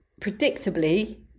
predictably